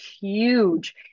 huge